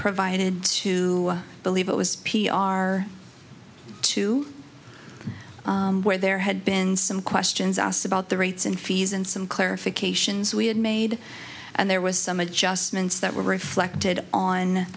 provided to believe it was p r too where there had been some questions asked about the rates and fees and some clarifications we had made and there was some adjustments that were reflected on